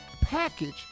package